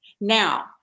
Now